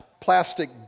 plastic